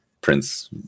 prince